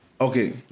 okay